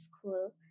school